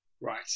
Right